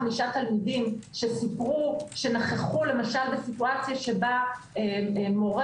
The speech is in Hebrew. חמישה תלמידים שסיפרו שנכחו למשל במצב שבו מורה